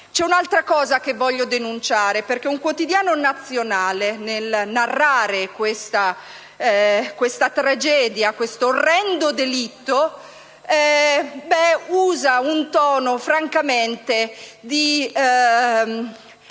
C'è un'altra cosa che voglio denunciare. Un quotidiano nazionale, nel narrare questa tragedia, questo orrendo delitto, ha usato un tono francamente di